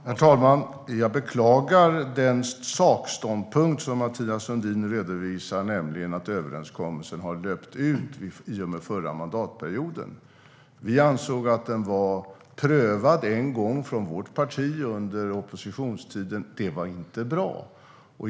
Herr talman! Jag beklagar den sakståndpunkt som Mathias Sundin redovisar, nämligen att överenskommelsen har löpt ut i och med förra mandatperioden. Vi ansåg att den var prövad en gång från vårt parti under oppositionstiden. Det var inte bra.